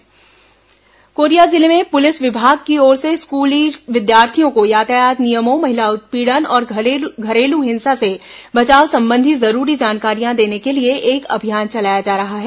Korea यातायात नियम कोरिया जिले में पुलिस विभाग की ओर से स्कूली विद्यार्थियों को यातायात नियमों महिला उत्पीड़न और घरेलू हिंसा से बचाव संबंधी जरूरी जानकारियां देने के लिए एक अभियान चलाया जा रहा है